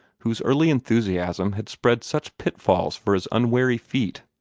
whose early enthusiasm had spread such pitfalls for his unwary feet.